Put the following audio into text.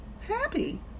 happy